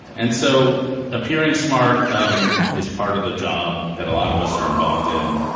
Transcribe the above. and so appearing smart um is part of the job that a lot of us are involved in.